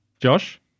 Josh